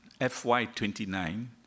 FY29